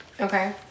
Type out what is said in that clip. Okay